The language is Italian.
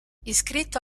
iscritto